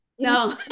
No